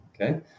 Okay